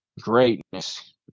greatness